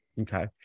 Okay